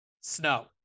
Snow